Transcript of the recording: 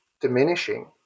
diminishing